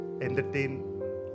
entertain